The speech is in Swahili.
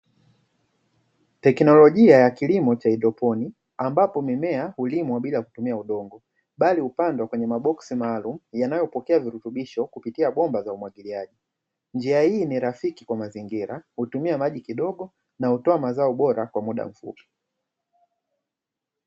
Teknolojia ya kilimo cha haidroponi ambapo mimea hulimwa bila kutumia udongo, bali hupandwa kwenye maboksi maalumu yanayopokea virutubisho kupitia bomba za umwagiliaji. Njia hii ni rafiki kwa mazingira hutumia maji kidogo na hutoa mazao bora kwa muda mfupi.